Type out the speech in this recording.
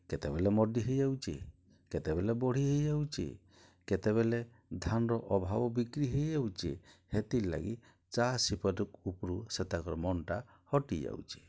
କେତେବେଲେ ମର୍ଡ଼ି ହେଇଯାଉଚେ କେତେବେଲେ ବଢ଼ି ହେଇଯାଉଚେ କେତେବେଲେ ଧାନ୍ର ଅଭାବ୍ ବିକ୍ରି ହେଇଯାଉଚେ ହେତିର୍ଲାଗି ଚାଷ୍ ଉପ୍ରୁ ସେ ତାଙ୍କର୍ ମନ୍ଟା ହଟିଯାଉଚି